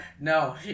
no